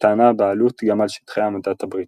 שטענה בעלות גם על שטחי המנדט הבריטי.